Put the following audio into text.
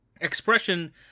expression